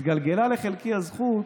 התגלגלה לחלקי הזכות